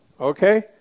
Okay